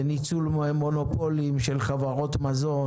ניצול מונופולים של חברות מזון